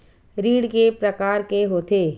ऋण के प्रकार के होथे?